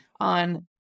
on